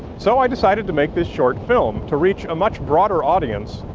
so i decided to make this short film to reach a much broader audience,